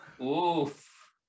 Oof